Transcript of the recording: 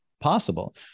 possible